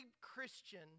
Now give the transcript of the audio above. Christian